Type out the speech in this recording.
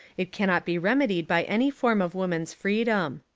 it cannot be remedied by any form of woman's freedom.